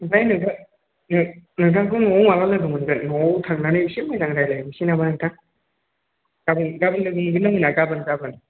ओमफ्राय नोंथां नोंथांखौ न'आव माब्ला लोगो मोनगोन न'आव थांनानै एसे मोजां रायज्लाय हैनिसै नामा नोंथां गाबोन गाबोन लोगो मोनगोन ना मोना गाबोन गाबोन